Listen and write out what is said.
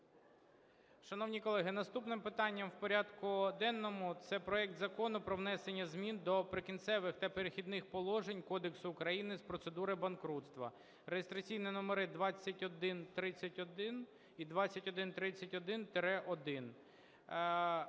Шановні колеги, наступне питання в порядку денному – це проект Закону про внесення змін до Прикінцевих та перехідних положень Кодексу України з процедур банкрутства (реєстраційні номери 2131 і 2131-1).